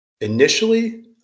Initially